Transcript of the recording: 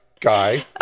guy